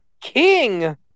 King